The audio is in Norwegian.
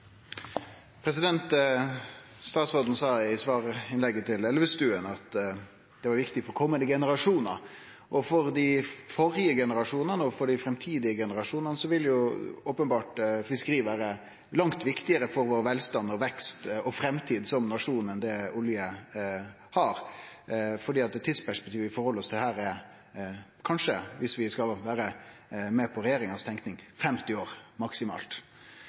Statsråden sa i svarinnlegget sitt til Elvestuen at det var viktig for komande generasjonar. For dei førre generasjonane og for dei framtidige generasjonane vil fiskeria openbert vere langt viktigare for velstanden, veksten og framtida som nasjon enn det oljeverksemda vil vere. Tidsperspektivet vi held oss til her, er kanskje – viss vi skal vere med på tenkinga til regjeringa – 50 år, maksimalt.